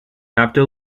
after